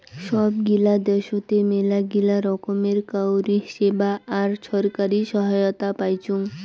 সব গিলা দ্যাশোতে মেলাগিলা রকমের কাউরী সেবা আর ছরকারি সহায়তা পাইচুং